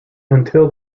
until